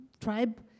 tribe